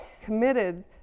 committed